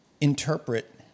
interpret